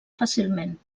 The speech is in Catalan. fàcilment